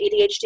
ADHD